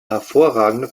hervorragende